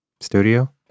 Studio